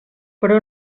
però